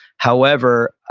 however,